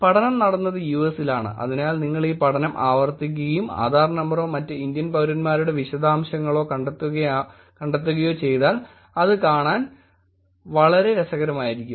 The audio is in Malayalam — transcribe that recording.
പഠനം നടന്നത് യുഎസിലാണ് അതിനാൽ നിങ്ങൾ ഈ പഠനം ആവർത്തിക്കുകയും ആധാർ നമ്പറോ മറ്റ് ഇന്ത്യൻ പൌരന്മാരുടെ വിശദാംശങ്ങളോ കണ്ടെത്തുകയോ ചെയ്താൽ അത് കാണാൻ വളരെ രസകരമായിരിക്കും